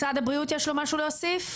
משרד הבריאות יש לו משהו להוסיף?